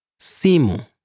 Simu